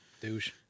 douche